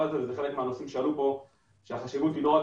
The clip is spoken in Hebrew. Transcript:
זה חלק מהנושאים שעלו כאן והחשיבות היא לא רק